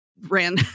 ran